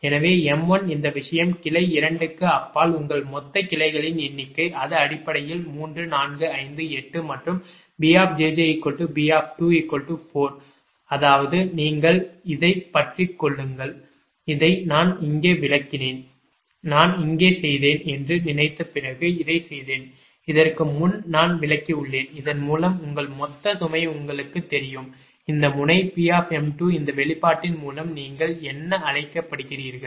எனவே m1 இந்த விஷயம் கிளை 2 க்கு அப்பால் உங்கள் மொத்த கிளைகளின் எண்ணிக்கை அது அடிப்படையில் 3 4 5 8 மற்றும் BjjB24 வலது அதாவது நீங்கள் இதைப் பற்றிக் கொள்ளுங்கள் இதை நான் இங்கே விளக்கினேன் நான் இங்கே செய்தேன் என்று நினைத்த பிறகு இதைச் செய்தேன் இதற்கு முன் நான் விளக்கியுள்ளேன் இதன் மூலம் உங்கள் மொத்த சுமை உங்களுக்குத் தெரியும் இந்த முனை Pm2 இந்த வெளிப்பாட்டின் மூலம் நீங்கள் என்ன அழைக்கப்படுகிறீர்கள்